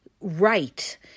right